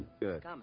Good